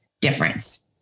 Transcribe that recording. difference